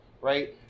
right